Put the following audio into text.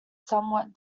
somewhat